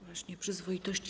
Właśnie przyzwoitości.